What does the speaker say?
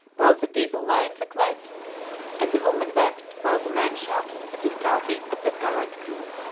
while the people lined the cliffs and the women wept while the men shouted at the starting of that gallant crew.